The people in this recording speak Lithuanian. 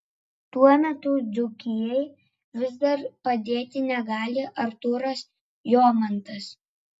tuo metu dzūkijai vis dar padėti negali artūras jomantas